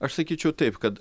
aš sakyčiau taip kad